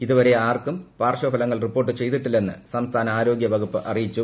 ഇതുവരെ ആർക്കും പാർശ്വഫലങ്ങൾ റിപ്പോർട്ട് ചെയ്തിട്ടില്ലെന്ന് സംസ്ഥാന ആരോഗൃ വകുപ്പ് അറിയിച്ചു